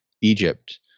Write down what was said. Egypt